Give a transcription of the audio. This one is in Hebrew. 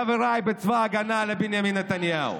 חבריי בצבא ההגנה לבנימין נתניהו,